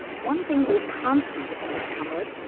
one thing they can't see, because it's covered,